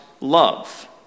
love